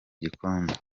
igikombe